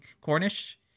Cornish